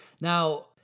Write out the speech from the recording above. Now